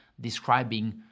describing